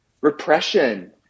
repression